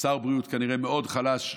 שר הבריאות כנראה מאוד חלש,